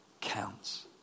counts